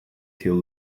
till